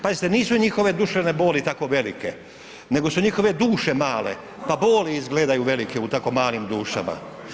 Pazite nisu njihove duševne boli tako velike, nego su njihove duše male pa boli izgledaju velike u tako malim dušama.